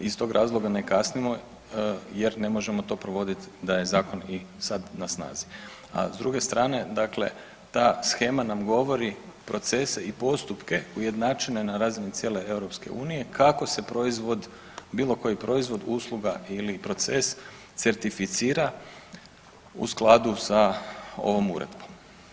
Iz tog razloga ne kasnimo jer ne možemo to provodit da je i zakon sad na snazi, a s druge strane dakle ta shema nam govori procese i postupke ujednačene na razini cijele EU kako se proizvod, bilo koji proizvod usluga ili proces certificira u skladu sa ovom uredbom.